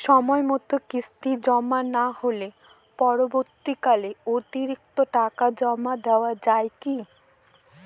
সময় মতো কিস্তি জমা না হলে পরবর্তীকালে অতিরিক্ত টাকা জমা দেওয়া য়ায় কি?